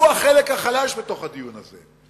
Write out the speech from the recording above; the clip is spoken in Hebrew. הוא החלק החלש בדיון הזה.